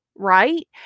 right